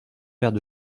paires